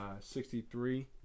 63